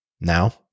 Now